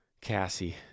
Cassie